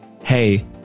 hey